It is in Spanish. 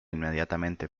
inmediatamente